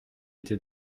était